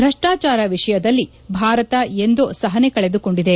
ಭ್ರಷ್ಟಾಚಾರ ವಿಷಯದಲ್ಲಿ ಭಾರತ ಎಂದೋ ಸಹನೆ ಕಳೆದುಕೊಂಡಿದೆ